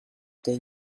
take